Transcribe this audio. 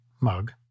mug